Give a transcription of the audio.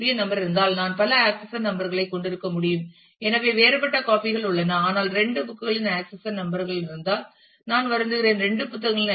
என் number இருந்தால் நான் பல ஆக்சஷன் நம்பர் களைக் கொண்டிருக்க முடியும் எனவே வேறுபட்ட காபி கள் உள்ளன ஆனால் இரண்டு புக் களின் ஆக்சஷன் நம்பர் இருந்தால் நான் வருந்துகிறேன் இரண்டு புத்தகங்களின் ஐ